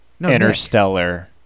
interstellar